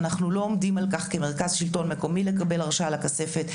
אנחנו לא עומדים על כך כמרכז שלטון מקומי לקבל הרשאה לכספת,